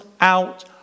out